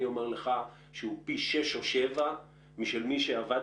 אני אומר לך שהיא פי שישה או שבעה משל מי שעבד